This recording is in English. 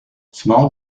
small